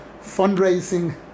Fundraising